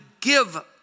give